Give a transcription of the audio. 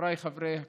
חבריי חברי הכנסת,